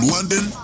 London